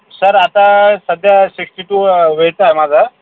sir आता सध्या sixty two weight आहे माझं